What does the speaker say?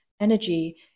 energy